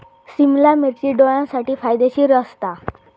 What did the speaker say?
सिमला मिर्ची डोळ्यांसाठी फायदेशीर असता